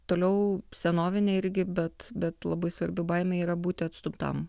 toliau senovinė irgi bet bet labai svarbi baimė yra būti atstumtam